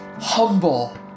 humble